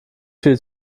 für